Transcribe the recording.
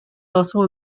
also